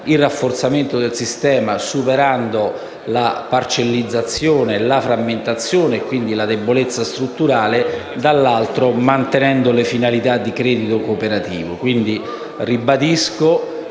il rafforzamento del sistema, da una parte superando la parcellizzazione, la frammentazione e quindi la debolezza strutturale; dall'altra, mantenendo le finalità di credito cooperativo. Quindi ribadisco